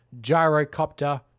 Gyrocopter